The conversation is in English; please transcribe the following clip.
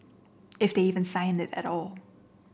if they even sign it at all